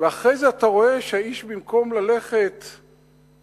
ואחרי זה אתה רואה שהאיש, במקום ללכת לארץ-ישראל,